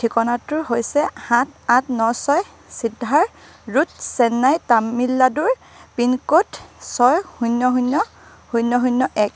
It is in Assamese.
ঠিকনাটো হৈছে সাত আঠ ন ছয় চিডাৰ ৰোড চেন্নাই তামিলনাডুৰ পিনক'ড ছয় শূন্য শূন্য শূন্য শূন্য এক